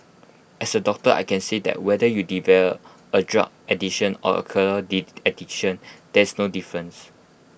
as A doctor I can say that whether you develop A drug addiction or addiction there is no difference